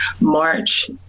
March